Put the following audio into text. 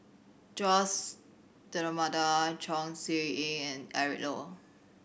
Jose D'Almeida Chong Siew Ying and Eric Low